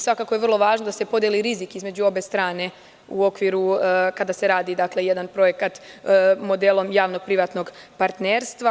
Svakako je vrlo važno da se podeli rizik između obe strane, kada se radi jedan projekat modelom javnog privatnog partnerstva.